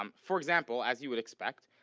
um for example, as you would expect,